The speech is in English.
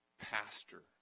pastor